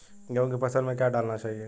गेहूँ की फसल में क्या क्या डालना चाहिए?